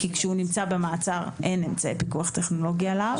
כי כשהוא נמצא במעצר אין אמצעי פיקוח טכנולוגי עליו,